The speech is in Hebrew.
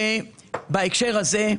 בהקשר הזה,